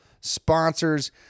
sponsors